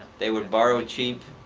they would borrow cheap,